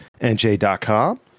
NJ.com